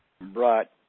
brought